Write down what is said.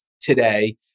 today